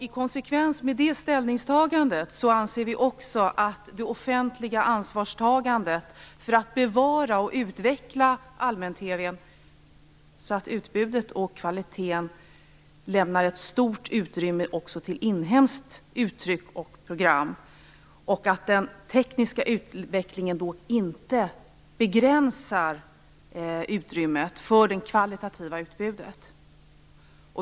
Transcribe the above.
I konsekvens med det ställningstagandet betonar vi också det offentliga ansvarstagandet för att bevara och utveckla allmän-TV:n så att utbudet och kvaliteten lämnar ett stort utrymme till inhemska uttryck och program. Den tekniska utvecklingen får inte begränsa utrymmet för det kvalitativa utbudet.